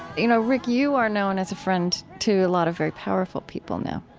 you know, rick, you are known as a friend to a lot of very powerful people now.